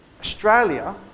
Australia